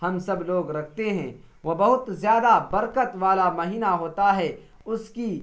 ہم سب لوگ رکھتے ہیں وہ بہت زیادہ برکت والا مہینہ ہوتا ہے اس کی